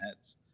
heads